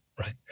right